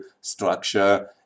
structure